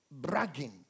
bragging